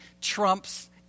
trumps